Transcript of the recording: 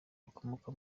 ukomoka